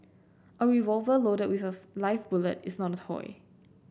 a revolver loaded with a live bullet is not a toy